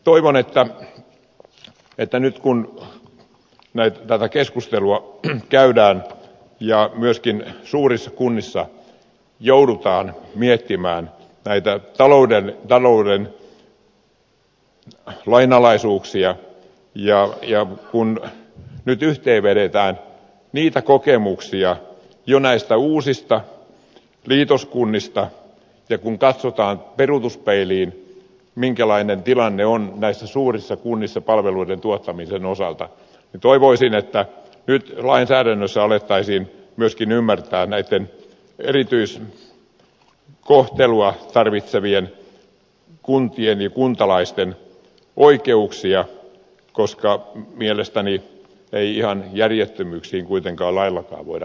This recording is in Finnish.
toivon että nyt kun tätä keskustelua käydään ja myöskin suurissa kunnissa joudutaan miettimään näitä talouden lainalaisuuksia ja kun nyt vedetään yhteen kokemuksia jo näistä uusista liitoskunnista ja kun katsotaan peruutuspeiliin minkälainen tilanne on näissä suurissa kunnissa palveluiden tuottamisen osalta toivoisin että nyt lainsäädännössä alettaisiin ymmärtää myöskin näitten erityiskohtelua tarvitsevien kuntien ja kuntalaisten oikeuksia koska mielestäni ihan järjettömyyksiin ei kuitenkaan laillakaan voida